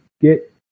get